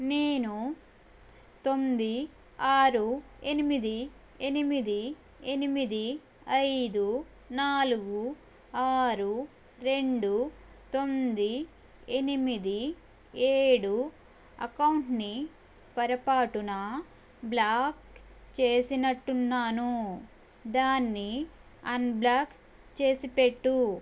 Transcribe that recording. నేను తొమ్మిది ఆరు ఎనిమిది ఎనిమిది ఎనిమిది ఐదు నాలుగు ఆరు రెండు తొమ్మిది ఎనిమిది ఏడు అకౌంట్ని పొరపాటున బ్లాక్ చేసినట్టు ఉన్నాను దానిని అన్బ్లాక్ చేసిపెట్టు